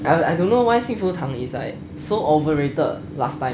I don't know why xing fu tang is like so overrated last time